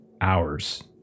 hours